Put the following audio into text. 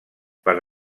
per